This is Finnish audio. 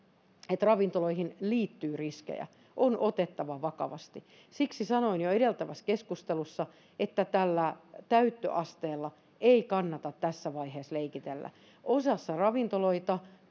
että ravintoloihin liittyy riskejä on otettava vakavasti siksi sanoin jo edeltävässä keskustelussa että tällä täyttöasteella ei kannata tässä vaiheessa leikitellä kun osassa ravintoloita